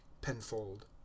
Penfold